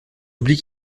oubliez